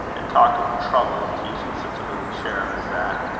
and talk of trouble in teaching such a little cherub as that?